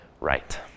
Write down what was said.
right